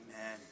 Amen